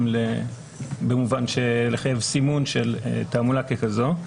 במובן של חיוב סימון של תעמולה ככזאת.